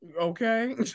Okay